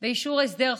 ואישור הסדר חוב),